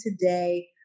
today